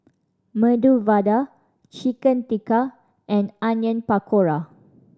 Medu Vada Chicken Tikka and Onion Pakora